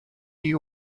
you